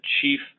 chief